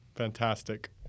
Fantastic